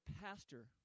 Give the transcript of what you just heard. pastor